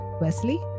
Wesley